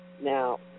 now